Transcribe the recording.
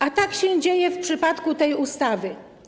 A tak się dzieje w przypadku tej ustawy.